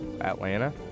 atlanta